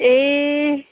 ए